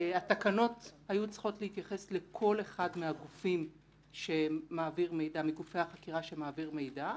התקנות היו צריכות להתייחס לכל אחד מגופי החקירה שמעביר מידע,